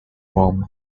whom